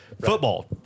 Football